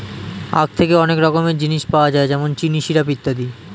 আখ থেকে অনেক রকমের জিনিস পাওয়া যায় যেমন চিনি, সিরাপ ইত্যাদি